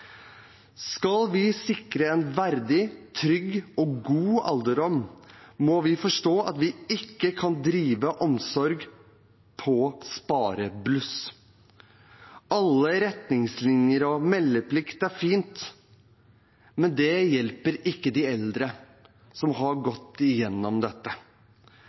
Skal vi sikre en verdig, trygg og god alderdom, må vi forstå at vi ikke kan drive omsorg på sparebluss. Alle retningslinjer og meldeplikt er fint, men det hjelper ikke de eldre som har gått gjennom dette.